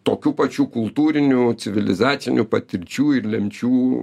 tokių pačių kultūrinių civilizacinių patirčių ir lemčių